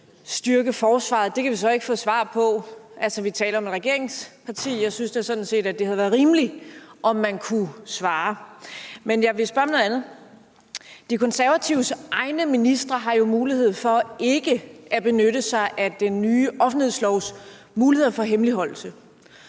styrke forsvaret, skal komme fra. Vi kan så ikke få svar på det. Vi taler om et regeringsparti, og jeg synes da sådan set, at det havde været rimeligt, om man kunne svare. Men jeg vil spørge om noget andet. De Konservatives egne ministre har jo mulighed for ikke at benytte sig af den nye offentlighedslovs muligheder for hemmeligholdelse,